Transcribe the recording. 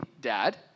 dad